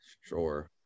Sure